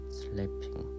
sleeping